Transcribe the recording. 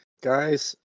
Guys